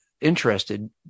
interested